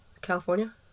California